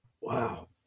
Wow